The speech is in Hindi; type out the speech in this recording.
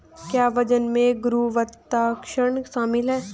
क्या वजन में गुरुत्वाकर्षण शामिल है?